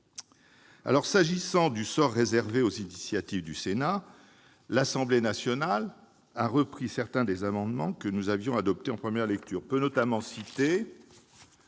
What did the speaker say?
S'agissant du sort réservé aux initiatives du Sénat, l'Assemblée nationale a repris certains des amendements que nous avions adoptés en première lecture.